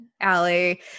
Allie